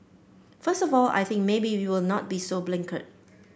first of all I think maybe you will not be so blinkered